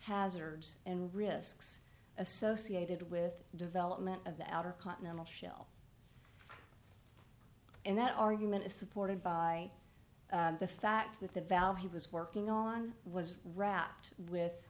hazards and risks associated with development of the outer continental shelf and that argument is supported by the fact that the valve he was working on was wrapped with